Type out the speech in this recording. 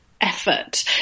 effort